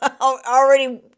already